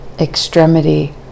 extremity